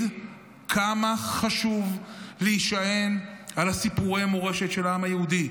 כמה חשוב להישען על סיפורי המורשת של העם היהודי,